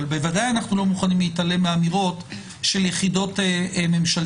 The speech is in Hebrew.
אבל בוודאי אנחנו לא מוכנים להתעלם מאמירות של יחידות ממשלתיות.